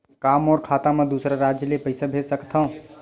का मोर खाता म दूसरा राज्य ले पईसा भेज सकथव?